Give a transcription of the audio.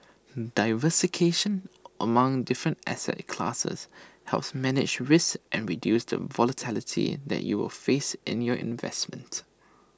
diversification among different asset classes helps manage risk and reduce the volatility that you will face in your investments